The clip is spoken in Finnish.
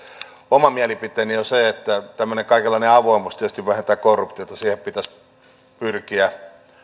oma mielipiteeni on se että tämmöinen kaikenlainen avoimuus tietysti vähentää korruptiota siihen pitäisi pyrkiä